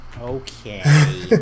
Okay